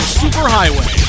superhighway